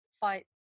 fight